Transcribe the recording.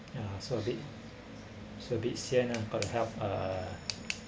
ya so a bit so a bit sian lah got to help uh